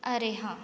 अरे हां